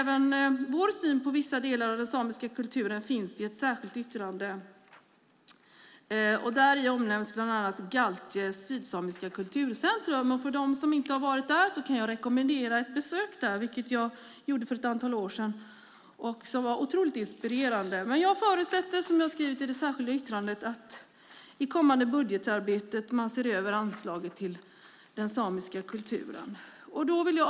Vår syn på vissa delar av den samiska kulturen finns också i ett särskilt yttrande. Däri omnämns bland annat det sydsamiska kulturcentrumet Gaaltije. För dem som inte varit där kan jag rekommendera ett besök. Jag besökte det för ett antal år sedan, vilket var oerhört inspirerande. Som vi skrivit i det särskilda yttrandet förutsätter vi att man i det kommande budgetarbetet ser över anslaget till den samiska kulturen.